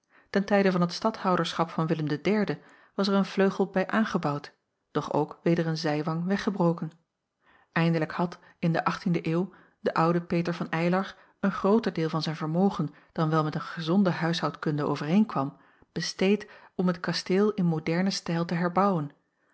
ten tijde van het stadhouderschap van willem iii was er een vleugel bij aangebouwd de doch ook weder een zijwang weggebroken eindelijk had in de achttiende eeuw de oude peter van eylar een grooter deel van zijn vermogen dan wel met een gezonde huishoudkunde overeenkwam besteed om het kasteel in modernen stijl te herbouwen